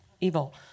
evil